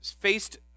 faced